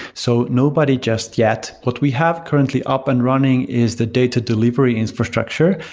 so nobody just yet what we have currently up and running is the data delivery infrastructure,